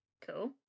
Cool